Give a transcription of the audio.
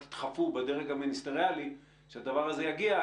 תדחפו בדרג המיניסטריאלי שהדבר הזה יגיע.